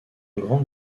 grande